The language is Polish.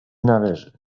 należy